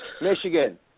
Michigan